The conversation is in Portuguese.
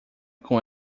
com